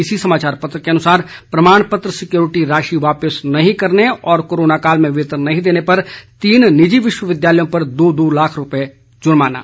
इसी समाचार पत्र के अनुसार प्रमाण पत्र सिक्योरिटी राशि वापस नहीं करने और कोरोना काल में वेतन नहीं देने पर तीन निजी विश्वविद्यालयों पर दो दो लाख रूपये जुर्माना